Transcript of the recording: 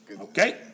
Okay